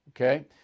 okay